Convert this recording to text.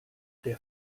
der